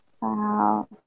Wow